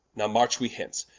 now march we hence,